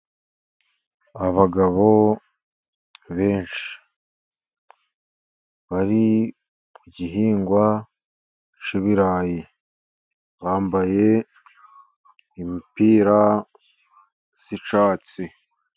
Abagabo benshi, bari ku gihingwa cy'ibirayi, bambaye imipira y'icyatsi.